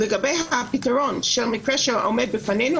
לגבי הפתרון של מקרה שעומד בפנינו,